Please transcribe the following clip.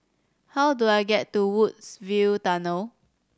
how do I get to Woodsville Tunnel